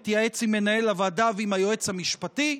אתייעץ עם מנהל הוועדה ועם היועץ המשפטי.